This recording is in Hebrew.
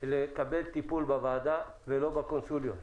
יטופל בוועדה ולא בקונסוליות.